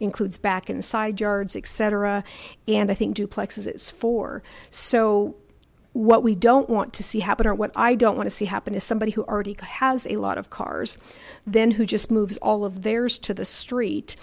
includes back inside yards etc and i think duplexes is four so what we don't want to see happen are what i don't want to see happen is somebody who already has a lot of cars then who just moves all of theirs to the street